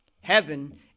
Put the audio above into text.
Heaven